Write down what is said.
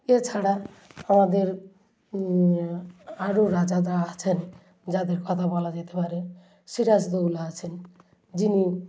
এছাড়া আমাদের আরও রাজারা আছেন যাদের কথা বলা যেতে পারে সিরাজদৌল্লা আছেন যিনি